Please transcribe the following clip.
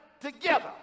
together